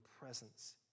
presence